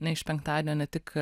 na iš penktadienio ne tik